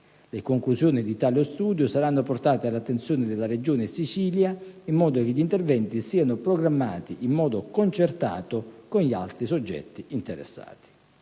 Le conclusioni di tale studio saranno portate all'attenzione della Regione siciliana in modo che gli interventi siano programmati in modo concertato con gli altri soggetti interessati.